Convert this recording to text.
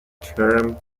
termed